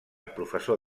professor